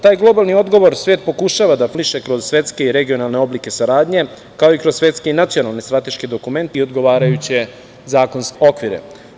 Taj globalni odgovor svet pokušava da formuliše kroz svetske i regionalne oblike saradnje, kao i kroz svetske i nacionalne strateške dokumente i odgovarajuće zakonske okvire.